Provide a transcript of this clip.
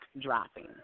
dropping